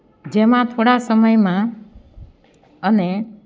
જેમાં થોડા સમયમાં અને